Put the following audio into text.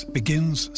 begins